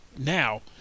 Now